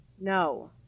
no